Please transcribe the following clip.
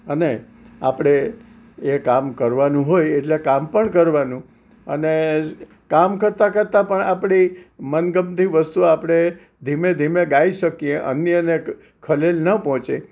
અને આપણે એ કામ કરવાનું હોય એટલે કામ પણ કરવાનું અને કામ કરતાં કરતાં પણ આપણી મનગમતી વસ્તુ આપણે ધીમે ધીમે ગાઈ શકીએ અન્યને ખલેલ ન પહોંચે